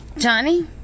Johnny